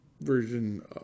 version